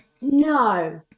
no